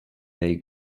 they